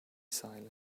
silent